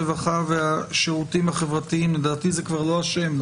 הרווחה והשירותים החברתיים לדעתי זה כבר לא השם,